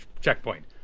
checkpoint